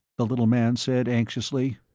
the little man said anxiously.